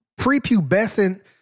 prepubescent